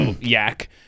Yak